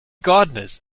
gardeners